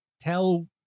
tell